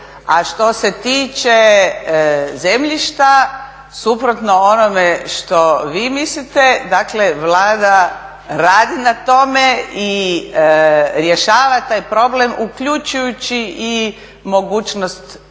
A što se tiče zemljišta, suprotno onome što vi mislite, dakle Vlada radi na tome i rješava taj problem uključujući i mogućnost